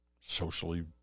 socially